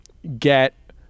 get